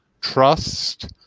trust